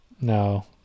No